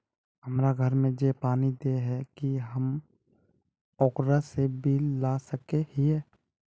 हमरा घर में जे पानी दे है की हम ओकरो से बिल ला सके हिये?